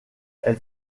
elle